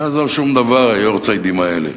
לא יעזור שום דבר היארצייטים האלה.